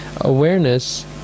Awareness